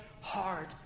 hard